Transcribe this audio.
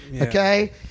okay